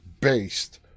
based